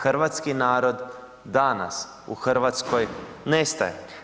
Hrvatski narod danas u Hrvatskoj nestaje.